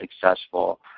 successful